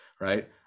right